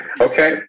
Okay